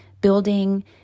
building